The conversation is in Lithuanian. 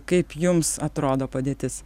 kaip jums atrodo padėtis